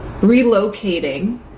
relocating